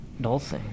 Dulce